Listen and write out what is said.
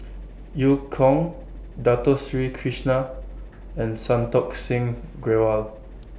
EU Kong Dato Sri Krishna and Santokh Singh Grewal